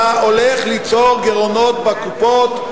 אתה הולך ליצור גירעונות בקופות,